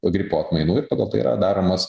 gripo atmainų ir pagal tai yra daromos